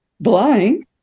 blind